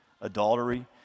adultery